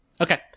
Okay